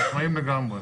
עצמאי לגמרי.